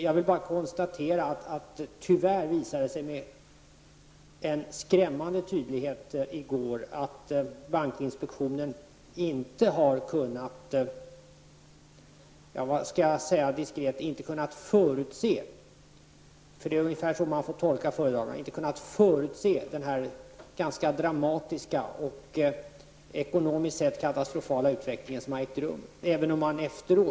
Jag vill bara konstatera att det tyvärr visade sig med skrämmande tydlighet i går att bankinspektionen inte har kunnat -- diskret uttryckt -- förutse den ganska dramatiska och ekonomiskt sett katastrofala utveckling som har ägt rum. Det är ungefär så man får tolka föredraganden.